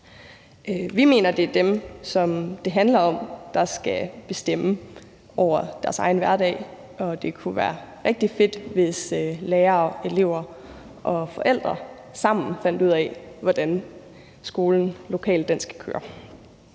Vi mener, at det er dem, som det handler om, der skal bestemme over deres egen hverdag, og det kunne være rigtig fedt, hvis lærere og elever og forældre sammen fandt ud af, hvordan skolen lokalt skal køre.